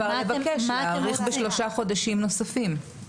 לבקש להאריך בשלושה חודשים נוספים.